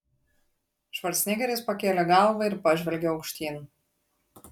švarcnegeris pakėlė galvą ir pažvelgė aukštyn